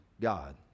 God